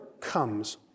comes